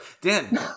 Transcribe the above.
Dan